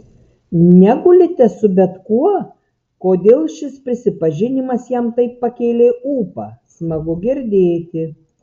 negulite su bet kuo kodėl šis prisipažinimas jam taip pakėlė ūpą smagu girdėti